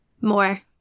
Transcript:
More